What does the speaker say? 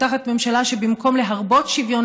אנחנו תחת ממשלה שבמקום להרבות שוויון